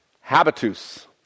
Habitus